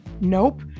Nope